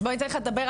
אני אתן לך לדבר,